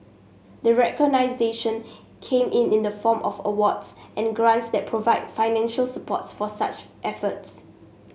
the recognition came in in the form of awards and grants that provide financial supports for such efforts